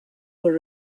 were